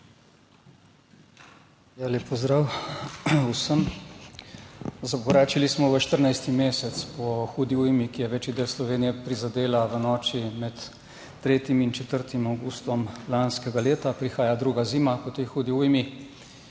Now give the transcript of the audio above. pozdrav vsem. Zakoračili smo v 14. mesec po hudi ujmi, ki je večji del Slovenije prizadela v noči med 3. in 4. avgustom lanskega leta. Prihaja druga zima po tej hudi ujmi